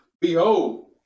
behold